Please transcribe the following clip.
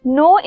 no